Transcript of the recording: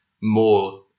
more